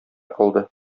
кылды